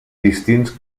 distints